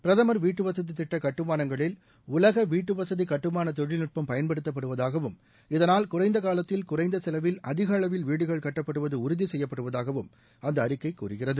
பிரதமர் வீட்டுவசதி திட்ட கட்டுமானங்களில் உலக வீட்டுவசதி கட்டுமான தொழில்நுட்பம் பயன்படுத்தப்படுவதாகவும் இதனால் குறைந்த காலத்தில் குறைந்த செலவில் அதிகளவில் வீடுகள் கட்டப்படுவது உறுதி செய்யப்படுவதாகவும் அந்த கூறுகிறது